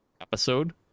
episode